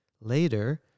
Later